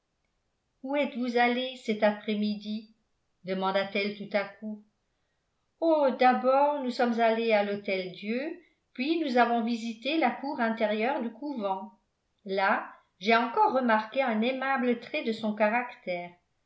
où êtes-vous allés cet après-midi demanda-t-elle tout à coup oh d'abord nous sommes allés à l'hôtel-dieu puis nous avons visité la cour intérieure du couvent là j'ai encore remarqué un aimable trait de son caractère une